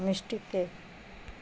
mistake